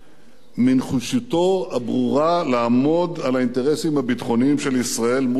מנחישותו הברורה לעמוד על האינטרסים הביטחוניים של ישראל מול הלחצים,